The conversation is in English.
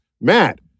Matt